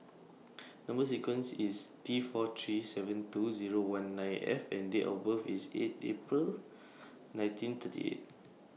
Number sequence IS T four three seven two Zero one nine F and Date of birth IS eight April nineteen thirty eight